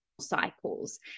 cycles